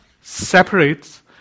separates